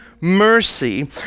mercy